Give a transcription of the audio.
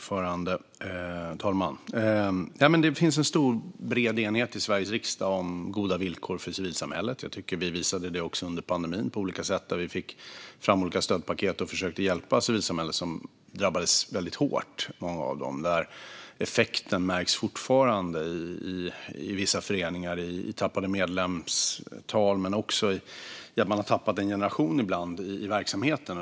Fru talman! Det finns en bred enighet i Sveriges riksdag om goda villkor för civilsamhället. Jag tycker att vi också på olika sätt visade detta under pandemin, då vi fick fram olika stödpaket och försökte hjälpa civilsamhället, som i många delar drabbades väldigt hårt. Effekten märks fortfarande i vissa föreningar, i minskade medlemstal men också i att man ibland har tappat en generation i verksamheten.